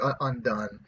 undone